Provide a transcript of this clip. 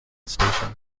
station